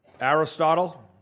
Aristotle